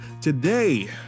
Today